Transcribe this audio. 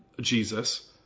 Jesus